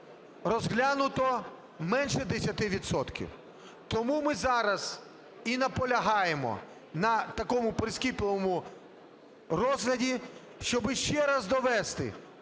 розглянуто менше 10 відсотків. Тому ми зараз і наполягаємо на такому прискіпливому розгляді, щоб іще раз довести